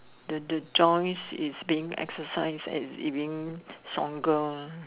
the the joints is being exercise and is being stronger